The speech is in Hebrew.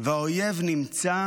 והאויב נמצא